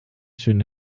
schöne